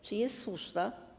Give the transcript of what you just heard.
Czy jest słuszna?